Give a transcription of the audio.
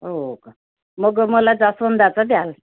हो का मग मला जास्वंदाचं द्याल